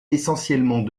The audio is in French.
essentiellement